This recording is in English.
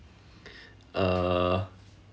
uh